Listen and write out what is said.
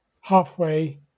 halfway